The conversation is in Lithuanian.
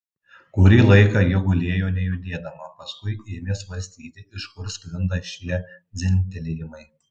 kurį laiką ji gulėjo nejudėdama paskui ėmė svarstyti iš kur sklinda šie dzingtelėjimai